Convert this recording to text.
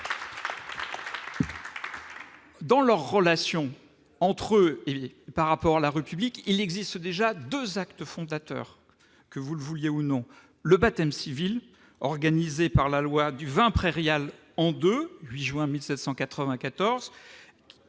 Dans leurs relations entre et par rapport à la République, il existe déjà 2 actes fondateur que vous le vouliez ou non, le baptême civil organisé par la loi du 20 prairial, an 2 8 juin 1794